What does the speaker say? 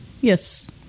Yes